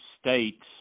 states